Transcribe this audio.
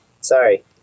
sorry